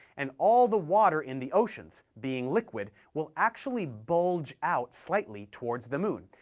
and all the water in the oceans, being liquid, will actually bulge out slightly towards the moon,